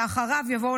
שאחריו יבואו,